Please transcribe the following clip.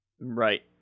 Right